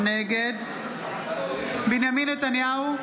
נגד בנימין נתניהו,